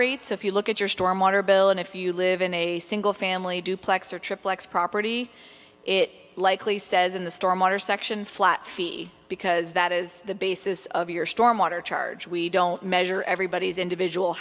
rates if you look at your storm water bill and if you live in a single family duplex or triplex property it likely says in the storm water section flat fee because that is the basis of your storm water charge we don't measure everybody's individual